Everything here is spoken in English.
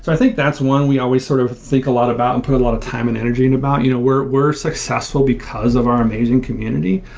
i think that's one we always sort of think a lot about and put a lot of time and energy and about. you know we're we're successful because of our amazing community,